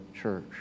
church